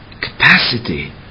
capacity